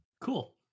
cool